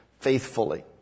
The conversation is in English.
faithfully